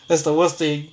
that's the worst thing